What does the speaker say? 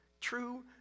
True